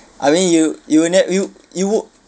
I mean you even that you you would